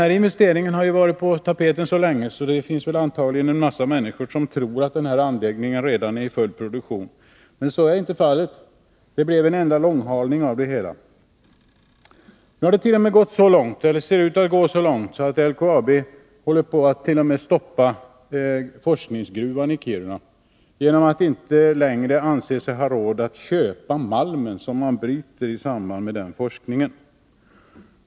Denna investering har varit på tapeten så länge att många människor antagligen tror att anläggningen redan äri full produktion. Men så är inte fallet. Det blev en enda långhalning av det 11 Riksdagens protokoll 1982183:16-17 hela. Nu ser det t.o.m. ut att gå så långt att LKAB håller på att stoppa forskningsgruvan i Kiruna därför att man inte längre anser sig ha råd att köpa den malm som man bryter i samband med forskningen.